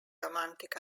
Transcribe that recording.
romantic